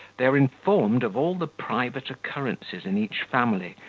they are informed of all the private occurrences in each family,